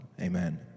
amen